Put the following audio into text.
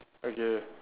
okay